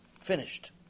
finished